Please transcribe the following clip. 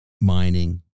Mining